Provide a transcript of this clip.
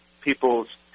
People's